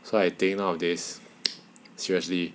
so I think nowadays seriously